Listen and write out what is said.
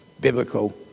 biblical